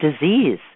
disease